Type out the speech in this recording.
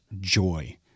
joy